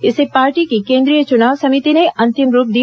इसे पार्टी की केंद्रीय चुनाव समिति ने अंतिम रूप दिया